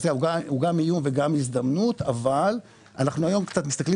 היא גם איום וגם הזדמנות אבל אנחנו היום מסתכלים